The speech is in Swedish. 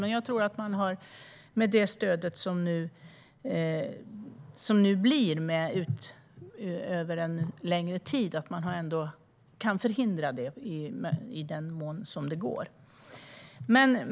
Men jag tror att man med det stöd som nu kommer att finnas under en längre tid ändå kan förhindra detta, i den mån det går.